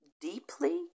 deeply